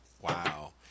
wow